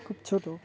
খুব ছোট